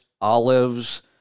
olives